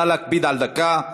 נא להקפיד על דקה.